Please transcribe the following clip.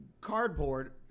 cardboard